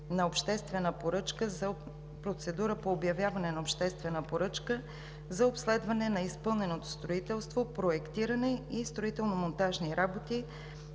на обществена поръчка за процедура по обявяване на обществена поръчка за „Обследване на изпълненото строителство, проектиране и строително-монтажни работи